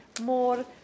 more